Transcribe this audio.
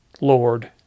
Lord